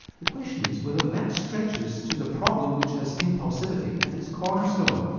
the question is whether that stretches to the problem which has impulsivity as its cornerstone,